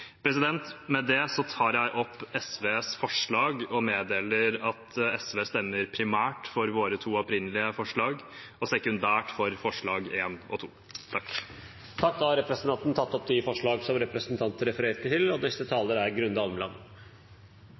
Med det tar jeg opp SVs forslag og meddeler at SV stemmer primært for våre to opprinnelige forslag og sekundært for forslagene nr. 1 og 2. Representanten Freddy André Øvstegård har tatt opp de forslagene han refererte til.